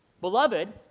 Beloved